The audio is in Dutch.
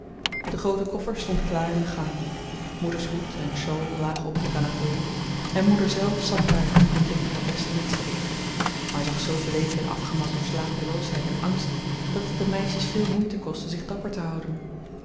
de groote koffer stond klaar in de gang moeders hoed en shawl lagen op de canapé en moeder zelf zat daar en deed haar best om iets te eten maar zag zoo bleek en afgemat door slapeloosheid en angst dat het de meisjes veel moeite kostte zich dapper te houden